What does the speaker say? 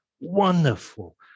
Wonderful